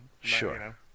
Sure